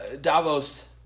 Davos